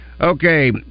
Okay